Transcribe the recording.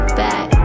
back